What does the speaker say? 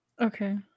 Okay